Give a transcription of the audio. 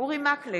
אורי מקלב,